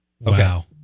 Wow